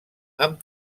amb